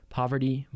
poverty